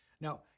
Now